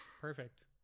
perfect